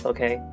Okay